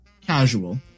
Casual